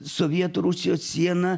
sovietų rusijos sieną